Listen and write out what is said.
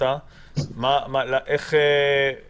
איך זה קורה?